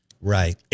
right